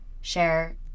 share